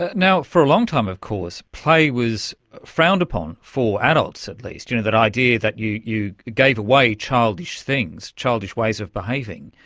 you know for a long time of course play was frowned upon, for adults at least, you know the idea that you you gave away childish things, childish ways of behaving.